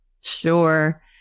Sure